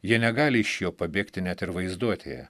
jie negali iš jo pabėgti net ir vaizduotėje